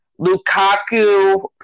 Lukaku